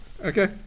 okay